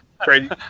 crazy